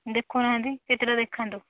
ଦେଖାଉନାହାନ୍ତି କେତେଟା ଦେଖାନ୍ତୁ